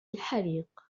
الحريق